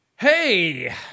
Hey